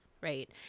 right